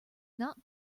not